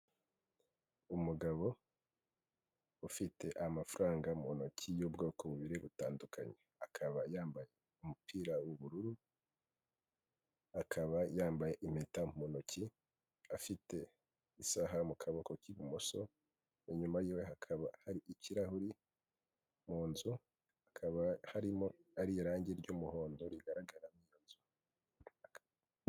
Umugabo ufite amafaranga mu ntoki y'ubwoko bubiri butandukanye, akaba yambaye umupira w'ubururu akaba yambaye impeta mu ntoki afite isaha mu kaboko k'ibumoso, nyuma yiwe hakaba ari ikirahuri, mu nzu hakaba harimo irangi ry'umuhondo rigaragara mu mazu.